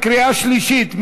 קריאה שלישית.